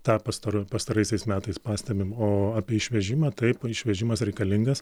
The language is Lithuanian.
tą pastaru pastaraisiais metais pastebim o apie išvežimą taip išvežimas reikalingas